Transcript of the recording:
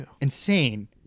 insane